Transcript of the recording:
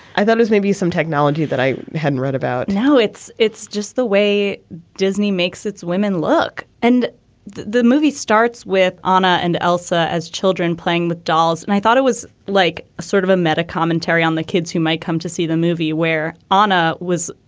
i thought was maybe some technology that i hadn't read about now it's it's just the way disney makes its women look. and the movie starts with honor and elsa as children playing with dolls. and i thought it was like a sort of a meta commentary on the kids who might come to see the movie where onna was,